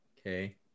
Okay